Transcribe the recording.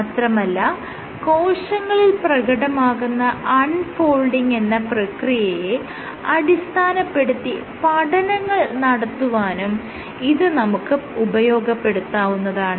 മാത്രമല്ല കോശങ്ങളിൽ പ്രകടമാകുന്ന അൺ ഫോൾഡിങ് എന്ന പ്രക്രിയയെ അടിസ്ഥാനപ്പെടുത്തി പഠനങ്ങൾ നടത്തുവാനും ഇത് നമുക്ക് ഉപയോഗപ്പെടുത്താവുന്നതാണ്